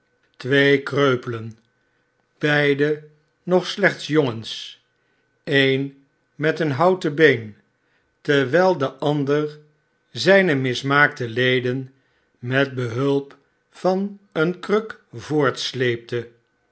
twee kreupelen beide nog slechts jongens een met een houten been terwijl de ander zijne mismaakte leden met behulp van eenekruk voortsleepte